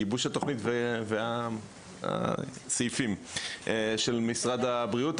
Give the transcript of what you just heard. גיבוש התוכנית והסעיפים של משרד הבריאות,